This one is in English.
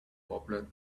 popular